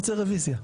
רביזיה.